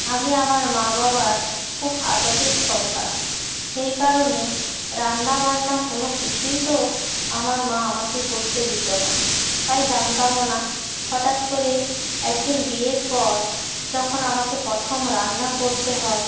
আমি আমার মা বাবার খুব আদরের সন্তান সেই কারণে রান্না বান্না কোনো কিছুই তো আমার মা আমাকে করতে দিত না তাই জানতামও না হঠাৎ করে একদিন বিয়ের পর যখন আমাকে পথম রান্না করতে হয়